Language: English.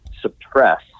suppress